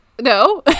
No